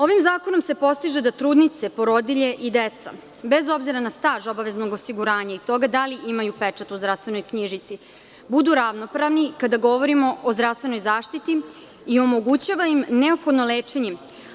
Ovim zakonom se postiže da trudnice, porodilje i deca, bez obzira na staž obaveznog osiguranja i toga da li imaju pečat u zdravstvenoj knjižici budu ravnopravno kada govorimo o zdravstvenoj zaštiti i omogućava im neophodno lečenje.